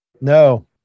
No